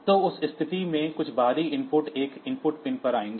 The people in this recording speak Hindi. तो उस स्थिति में कुछ बाहरी इनपुट एक इनपुट पिन पर आएंगे